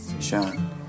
Sean